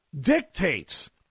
dictates